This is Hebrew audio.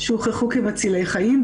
שהוכחו כמצילי חיים,